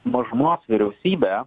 mažumos vyriausybę